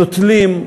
נוטלים,